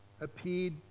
appeared